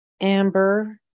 Amber